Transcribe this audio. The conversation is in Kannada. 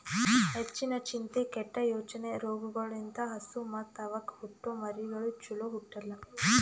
ಹೆಚ್ಚಿನ ಚಿಂತೆ, ಕೆಟ್ಟ ಯೋಚನೆ ರೋಗಗೊಳ್ ಲಿಂತ್ ಹಸು ಮತ್ತ್ ಅವಕ್ಕ ಹುಟ್ಟೊ ಮರಿಗಳು ಚೊಲೋ ಹುಟ್ಟಲ್ಲ